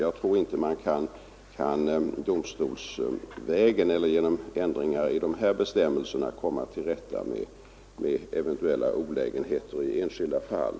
Jag tror inte att man domstolsvägen eller genom ändringar i de här bestämmelserna kan komma till rätta med eventuella olägenheter i enskilda fall.